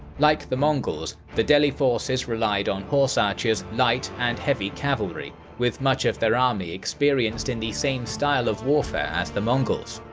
like the mongols, the delhi forces relied on horse archers, light, and heavy cavalry, with much of their army experienced in the same style of warfare as the mongols.